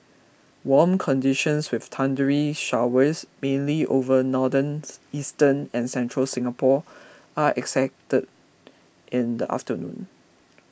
warm conditions with thundery showers mainly over northern eastern and central Singapore are expected in the afternoon